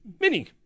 Mini